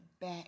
back